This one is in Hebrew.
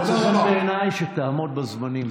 מוצא חן בעיניי שתעמוד בזמנים,